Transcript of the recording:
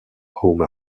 home